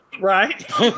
Right